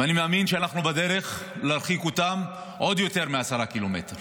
ואני מאמין שאנחנו בדרך להרחיק אותם עוד יותר מעשרה קילומטר.